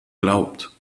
glaubt